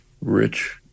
rich